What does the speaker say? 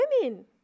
women